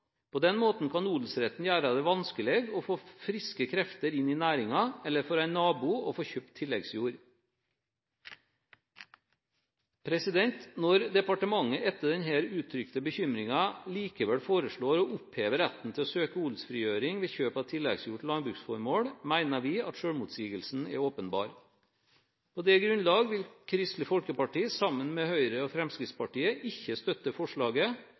På den måten kan odelsretten gjere det vanskeleg å få friske krefter inn i næringa, eller for ein nabo å få kjøpt tilleggsjord.» Når departementet etter denne uttrykte bekymringen likevel foreslår å oppheve retten til å søke odelsfrigjøring ved kjøp av tilleggsjord til landbruksformål, mener vi at selvmotsigelsen er åpenbar. På det grunnlag vil Kristelig Folkeparti, sammen med Høyre og Fremskrittspartiet, ikke støtte forslaget